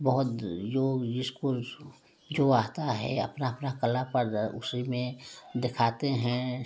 बहुत जो जिसको जो आता है अपना अपना कला प्रदर्शन उसी में दिखाते हैं